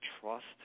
trust